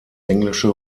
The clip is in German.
englische